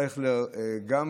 בכנסת.